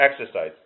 exercise